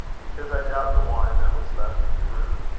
because i doubt the wine that was left in your room.